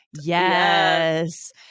yes